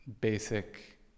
basic